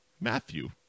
Matthew